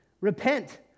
Repent